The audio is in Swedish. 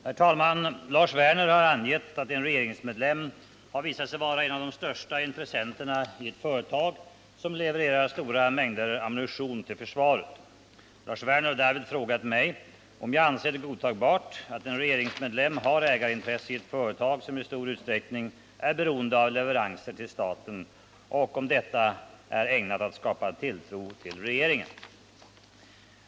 Herr talman! Lars Werner har angett att en regeringsmedlem har visat sig vara en av de största intressenterna i ett företag som levererar stora mängder ammunition till försvaret. Lars Werner har därvid frågat mig om jag anser det godtagbart att en regeringsmedlem har ägarintresse i ett företag som i stor utsträckning är beroende av leveranser till staten och om detta är ägnat att skapa tilltro till regeringen.